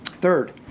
Third